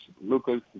Lucas